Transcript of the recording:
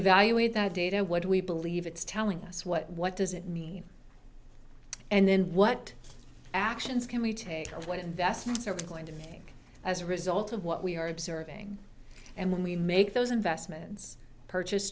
evaluate that data what we believe it's telling us what what does it mean and then what actions can we take what investments are going to make as a result of what we are observing and when we make those investments purchase